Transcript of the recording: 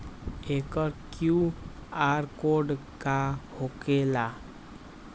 एकर QR code का होकेला?